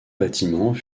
bâtiments